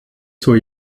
zur